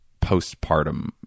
postpartum